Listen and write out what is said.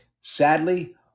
Sadly